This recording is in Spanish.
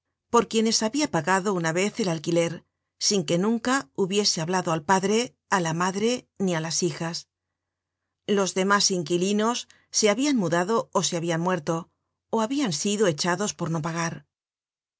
por quienes habia pagado una vez el alquiler sin que nunca hubiese hablado al padre á la madre ni á las hijas los demás inquilinos se habian mudado ó se habian muerto ó habian sido echados por no pagar un